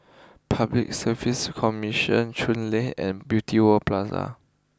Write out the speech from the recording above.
Public Service Commission Chuan Lane and Beauty World Plaza